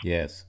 Yes